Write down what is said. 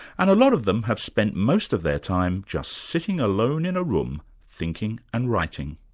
and a lot of them have spent most of their time just sitting alone in a room, thinking and writing.